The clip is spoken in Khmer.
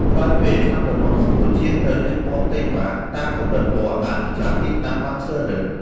ក្រោយពេលថ្នាំទ្រនាប់ស្ងួត ជាងត្រូវលាបពណ៌ផ្ទៃបាត តាមកម្រិតពណ៌ដែលម្ចាស់ទីតាំងបានជ្រើសរើស។